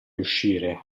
uscire